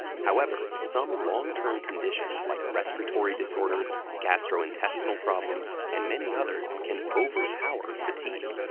however, some long-term conditions like respiratory disorders, gastrointestinal problems, and many others can overpower fatigue.